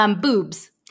Boobs